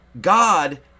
God